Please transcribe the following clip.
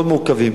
מאוד מורכבים,